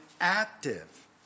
active